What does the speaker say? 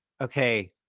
okay